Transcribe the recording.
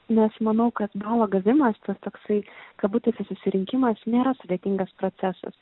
nes manau kad balo gavimas tas toksai kabutėse susirinkimas nėra sudėtingas procesas